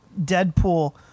Deadpool